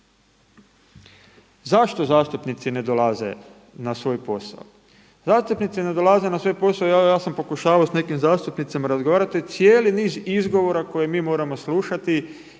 Zašto zastupnici ne dolaze na svoj posao? Zastupnici ne dolaze na svoj posao, evo ja sam pokušavao sa nekim zastupnicima razgovarati, cijeli niz izgovora koje mi moramo slušati